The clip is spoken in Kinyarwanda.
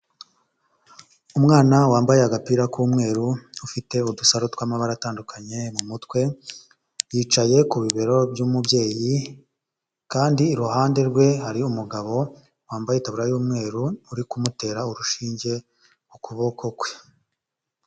Umwana wambaye agapira k'umweru ufite udusaro tw'amabara atandukanye mu mutwe, yicaye ku bibero by'umubyeyi kandi iruhande rwe hari umugabo wambaye itaburiya y'umweru uri kumutera urushinge ku kuboko kwe.